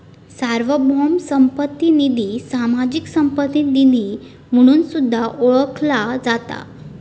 सार्वभौम संपत्ती निधी, सामाजिक संपत्ती निधी म्हणून सुद्धा ओळखला जाता